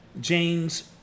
james